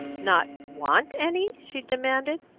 not want any? she demanded.